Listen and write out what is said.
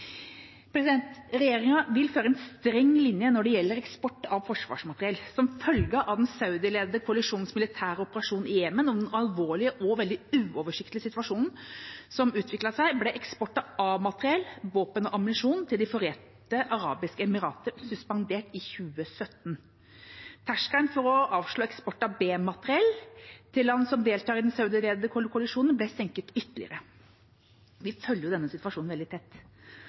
Regjeringa vil føre en streng linje når det gjelder eksport av forsvarsmateriell. Som følge av den saudiledete koalisjonens militære operasjon i Jemen og den alvorlige og veldig uoversiktlige situasjonen som utviklet seg, ble eksport av A-materiell, våpen og ammunisjon, til De forente arabiske emirater suspendert i 2017. Terskelen for å avslå eksport av B-materiell til land som deltar i den saudiledete koalisjonen, ble senket ytterligere. Vi følger denne situasjonen veldig tett.